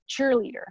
cheerleader